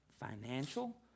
Financial